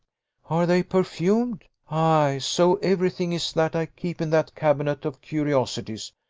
are they perfumed? ay so every thing is that i keep in that cabinet of curiosities.